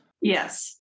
Yes